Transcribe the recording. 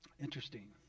Interesting